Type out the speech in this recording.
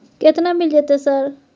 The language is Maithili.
केतना मिल जेतै सर?